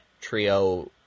trio